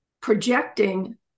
projecting